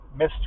Mr